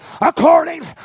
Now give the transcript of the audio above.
according